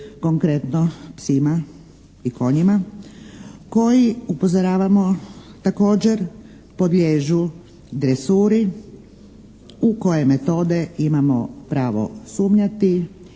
Konkretno psima i konjima koji upozoravamo također podliježu dresuri u koje metode imamo pravo sumnjati